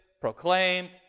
proclaimed